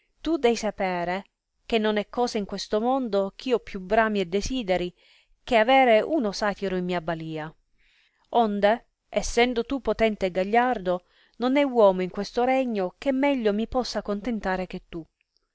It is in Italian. tu dèi sapere che non è cosa in questo mondo eh io più brami e desideri che avere uno satiro in mia balìa onde essendo tu potente e gagliardo non è uomo in questo regno che meglio mi possa contentare che tu